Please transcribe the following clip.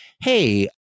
hey